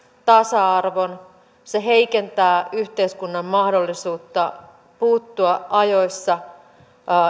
tasa arvon se heikentää yhteiskunnan mahdollisuutta puuttua ajoissa